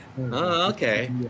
okay